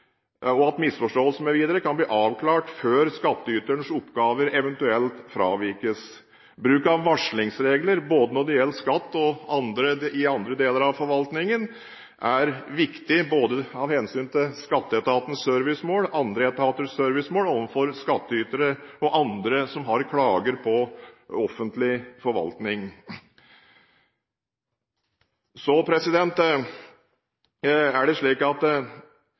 kan bli avklart før skattyters oppgaver eventuelt fravikes. Bruk av varslingsregler, både når det gjelder skatt og i andre deler av forvaltningen, er viktig både av hensyn til skatteetatens servicemål, andre etaters servicemål og overfor skattytere og andre som har klager på offentlig forvaltning. Det er slik at